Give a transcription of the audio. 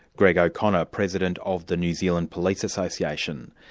greg o'connor, president of the new zealand police association.